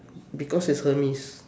because is Hermes